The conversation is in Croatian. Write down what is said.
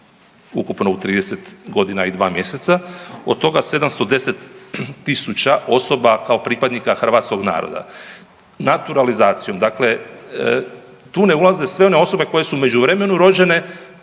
ukupno u 30 godina i 2 mjeseca, od toga 710 000 osoba kao pripadnika hrvatskog naroda. Naturalizacijom, dakle tu ne ulaze sve one osobe koje su u međuvremenu rođene,